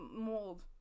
mold